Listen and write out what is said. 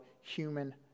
human